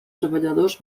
treballadors